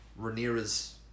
Rhaenyra's